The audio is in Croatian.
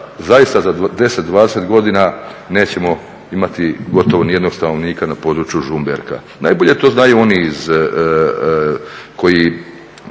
zaista za 10, 20 godina nećemo imati gotovo ni jednog stanovnika na području Žumberka. Najbolje to znaju oni koji